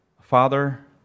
Father